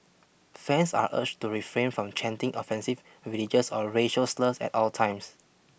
fans are urged to refrain from chanting offensive religious or racial slurs at all times